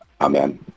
amen